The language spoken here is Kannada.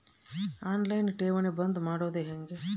ಆನ್ ಲೈನ್ ಠೇವಣಿ ಬಂದ್ ಮಾಡೋದು ಹೆಂಗೆ?